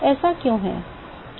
ऐसा क्यों है